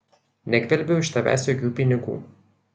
negvelbiau iš tavęs jokių pinigų